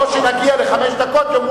לא שנגיע לחמש דקות ויאמרו,